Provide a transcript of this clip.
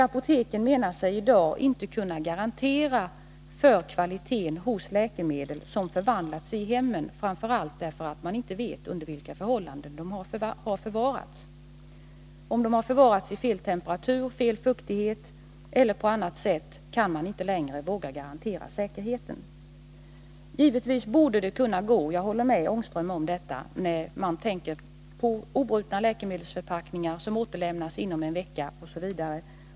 Apoteken anser sig i dag inte kunna garantera för kvaliteten hos läkemedel som förvarats i hemmen, framför allt därfö vilka förhållanden de har förvarats. Om de förvarats i fel temperatur, fel fuktighet eller på annat sätt felaktigt kan man inte längre garantera säkerheten. Givetvis borde det kunna gå — jag håller med Rune Ångström om r att man inte vet under detta — när det gäller obrutna läkemedelsförpackningar som återlämnas inom en vecka.